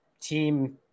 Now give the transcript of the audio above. team